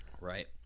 Right